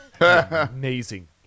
Amazing